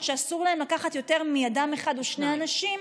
אסור להם לקחת יותר מאדם אחד או שני אנשים,